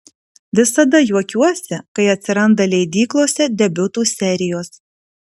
visada juokiuosi kai atsiranda leidyklose debiutų serijos